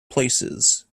places